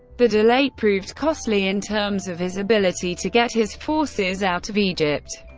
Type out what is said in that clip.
the delay proved costly in terms of his ability to get his forces out of egypt.